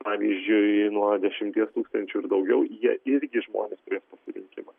pavyzdžiui nuo dešimties tūkstančių ir daugiau jie irgi žmonės turės pasirinkimą